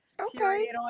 Okay